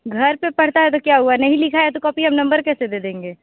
घर पर पढ़ता है तो क्या हुआ नहीं लिखा है तो कॉपी हम नंबर कैसे दे देंगे